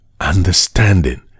understanding